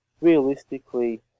realistically